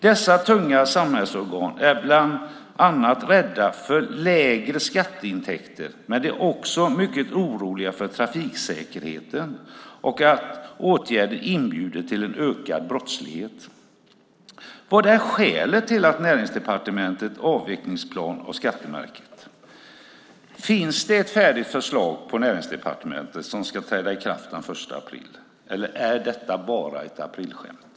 Dessa tunga samhällsorgan är bland annat rädda för lägre skatteintäkter. Men de är också mycket oroliga för trafiksäkerheten och för att åtgärderna inbjuder till en ökad brottslighet. Vad är skälet till Näringsdepartementets avvecklingsplan för skattemärket? Finns det ett färdigt förslag på Näringsdepartementet som ska träda i kraft den 1 april, eller är detta bara ett aprilskämt?